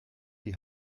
die